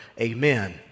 Amen